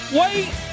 wait